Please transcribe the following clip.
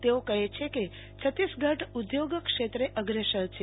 તેઓ કહે છે કે છત્તીસગઢ ઉધોગક્ષેત્રે અગ્રેસર છે